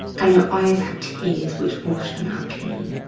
and your eyes have tears which wash them out clean.